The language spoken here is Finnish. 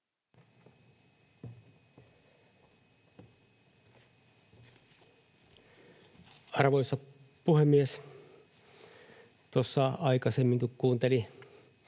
Arvoisa puhemies! Tuossa aikaisemmin kun kuunteli